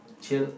chill